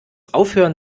aufhören